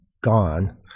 gone